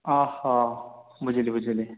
ବୁଝିଲି ବୁଝିଲି